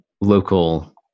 local